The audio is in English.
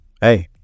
Hey